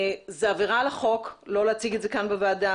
זו עבירה על החוק לא להציג את זה כאן בוועדה,